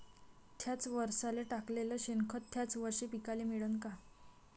थ्याच वरसाले टाकलेलं शेनखत थ्याच वरशी पिकाले मिळन का?